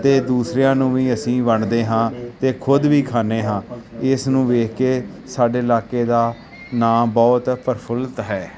ਅਤੇ ਦੂਸਰਿਆਂ ਨੂੰ ਵੀ ਅਸੀਂ ਵੰਡਦੇ ਹਾਂ ਅਤੇ ਖੁਦ ਵੀ ਖਾਂਦੇ ਹਾਂ ਇਸ ਨੂੰ ਵੇਖ ਕੇ ਸਾਡੇ ਇਲਾਕੇ ਦਾ ਨਾਂ ਬਹੁਤ ਪ੍ਰਫੁੱਲਿਤ ਹੈ